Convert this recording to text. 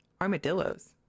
armadillos